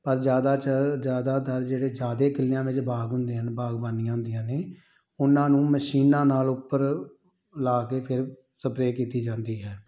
ਪਰ ਜ਼ਿਆਦਾ ਚ ਜ਼ਿਆਦਾਤਰ ਜਿਹੜੇ ਜ਼ਿਆਦਾ ਕਿਲਿਆਂ ਵਿੱਚ ਬਾਗ ਹੁੰਦੇ ਹਨ ਬਾਗਬਾਨੀਆਂ ਹੁੰਦੀਆਂ ਨੇ ਉਹਨਾਂ ਨੂੰ ਮਸ਼ੀਨਾਂ ਨਾਲ਼ ਉੱਪਰ ਲਾ ਕੇ ਫਿਰ ਸਪਰੇਅ ਕੀਤੀ ਜਾਂਦੀ ਹੈ